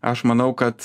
aš manau kad